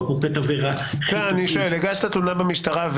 בקבוקי תבערה --- הגשת תלונה במשטרה.